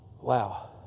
Wow